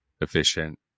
efficient